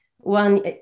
one